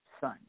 son